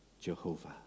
Jehovah